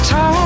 Time